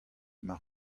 mar